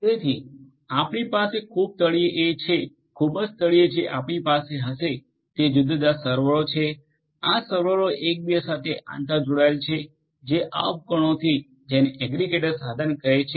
તેથી આપણે પાસે ખૂબ તળિયે એ છે ખૂબ જ તળિયે જે આપણી પાસે હશે તે જુદા જુદા સર્વરો છે આ સર્વરો એકબીજા સાથે આતરજોડાયેલ છે જે આ ઉપકરણોથી જેને એગ્રિગેટર સાધન કહે છે